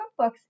cookbooks